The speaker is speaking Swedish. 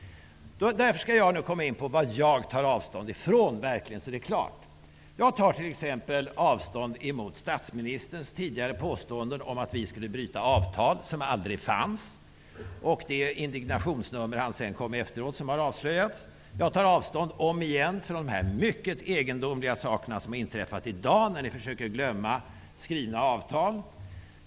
Därför skall jag nu gå in på vad jag tar avstånd från så att det verkligen blir klart. Jag tar t.ex. avstånd från statsministerns tidigare påståenden om att vi skulle bryta avtal som aldrig funnits, och det indignationsnummer som han sedan kom med efteråt, vilket har avslöjats. Jag tar om igen avstånd från de här mycket egendomliga sakerna som har inträffat i dag, när ni försöker glömma skrivna avtal.